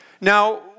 Now